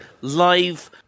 live